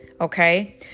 Okay